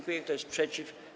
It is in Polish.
Kto jest przeciw?